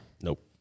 Nope